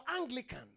Anglican